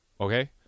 Okay